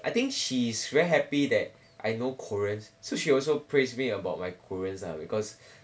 I think she's very happy that I know korean so she also praised me about my korean lah because